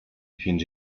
fins